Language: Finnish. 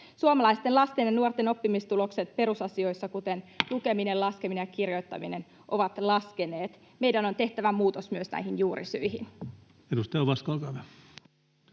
Suomalaisten lasten ja nuorten oppimistulokset perusasioissa, kuten lukeminen, laskeminen ja kirjoittaminen, ovat laskeneet. Meidän on tehtävä muutos myös näihin juurisyihin. [Speech 142] Speaker: